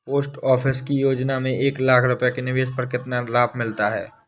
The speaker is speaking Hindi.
पोस्ट ऑफिस की योजना में एक लाख रूपए के निवेश पर कितना लाभ मिलता है?